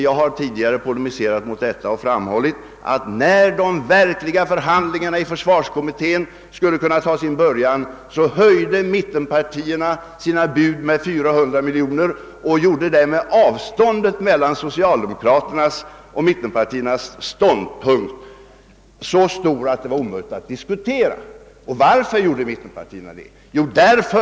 Tidigare har jag polemiserat häremot och framhållit, att, när de verkliga förhandlingarna i försvarskommittén kunde ta sin början, höjde mittenpartierna sina bud med 400 miljoner kronor och gjorde därmed avståndet mellan socialdemokraternas och <mittenpartiernas ståndpunkter så stort att en diskussion blev omöjlig. Varför gjorde mittenpartierna detta?